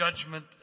judgment